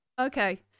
Okay